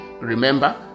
Remember